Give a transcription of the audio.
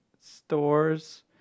stores